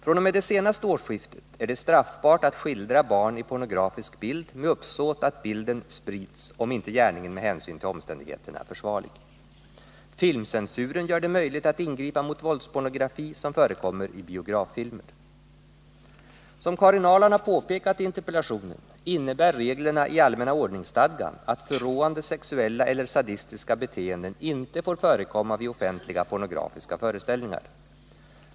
fr.o.m. det senaste årsskiftet är det straffbart att skildra barn i pornografisk bild med uppsåt att bilden sprids, om inte gärningen med hänsyn till omständigheterna är försvarlig. Filmcensuren gör det möjligt att ingripa mot våldspornografi som förekommer i biograffilmer. Som Karin Ahrland har påpekat i interpellationen innebär reglerna i allmänna ordningsstadgan att förråande sexuella eller sadistiska beteenden inte får förekomma vid offentliga pornografiska föreställningar.